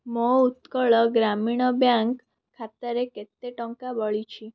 ମୋ ଉତ୍କଳ ଗ୍ରାମୀଣ ବ୍ୟାଙ୍କ୍ ଖାତାରେ କେତେ ଟଙ୍କା ବଳିଛି